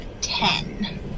ten